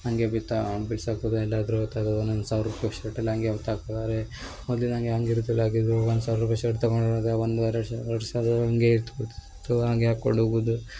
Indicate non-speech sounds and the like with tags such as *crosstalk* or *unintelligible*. ಹಾಗೆ ಬಿತ್ತಾ ಬಿಡ್ಸ್ ಹಾಕೋದು ಎಲ್ಲಾದರು ಹೊತಾಕೊದು ಒನೊಂದು ಸಾವಿರ ರೂಪಾಯಿ ಶರ್ಟ್ ಎಲ್ಲಾ ಹಾಗೆ ಹೊತಾಕೊದು ಆದರೆ ಮೊದಲಿನಂಗೆ ಹಾಗಿರುದಿಲ್ಲ ಆಗಿದ್ವು ಒಂದು ಸಾವಿರ ರೂಪಾಯಿ ಶರ್ಟ್ ತಗೊಂಡರೆ ಅದೇ ಒಂದು ಎರಡು ವರ್ಷ *unintelligible* ಆದರು ಹಾಗೆ ಇರ್ತಿತ್ತು ಹಾಗೆ ಹಾಕೊಂಡು ಹೋಗುದು